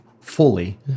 fully